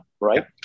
right